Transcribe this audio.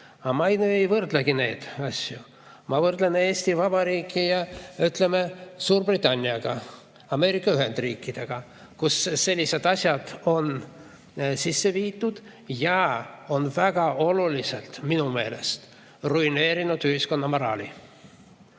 Ma ei võrdlegi neid asju, ma võrdlen Eesti Vabariiki, ütleme, Suurbritanniaga, Ameerika Ühendriikidega, kus sellised asjad on sisse viidud ja see on väga oluliselt minu meelest ruineerinud ühiskonna moraali.